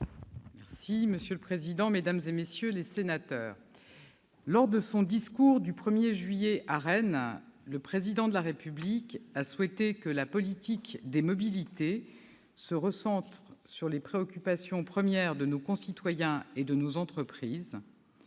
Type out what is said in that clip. Monsieur le président, mesdames, messieurs les sénateurs, lors de son discours du 1 juillet à Rennes, le Président de la République a souhaité que la politique des mobilités se recentre sur les préoccupations premières de nos concitoyens et de nos entreprises